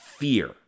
fear